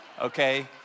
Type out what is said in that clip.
okay